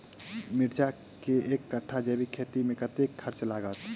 मिर्चा केँ एक कट्ठा जैविक खेती मे कतेक खर्च लागत?